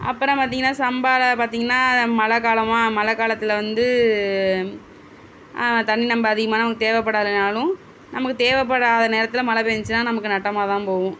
அப்புறம் பார்த்திங்கனா சம்பாவில் பார்த்திங்கனா மழை காலமா மழை காலத்தில் வந்து தண்ணி நம்ம அதிகமெலாம் ஒன்றும் தேவைப்படாதுனாலும் நமக்கு தேவைப்படாத நேரத்தில் மழை பேஞ்ச்சுன்னா நமக்கு நட்டமாக தான் போகும்